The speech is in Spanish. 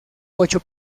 ocho